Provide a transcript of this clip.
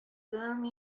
соң